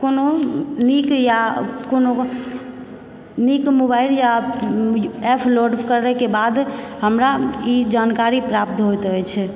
कोनो नीक या कोनो नीक मोबाइल या एप लोड करयके बाद हमरा ई जानकारी प्राप्त होइत अछि